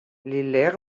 les